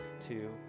two